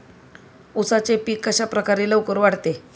उसाचे पीक कशाप्रकारे लवकर वाढते?